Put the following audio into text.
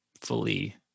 fully